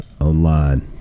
online